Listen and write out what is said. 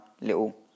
little